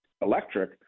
electric